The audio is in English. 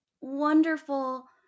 wonderful